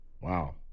wow